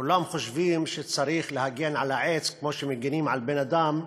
כולם חושבים שצריך להגן על העץ כמו שמגינים על בן-אדם,